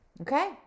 Okay